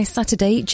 Saturday